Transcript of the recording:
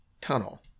Tunnel